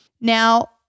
Now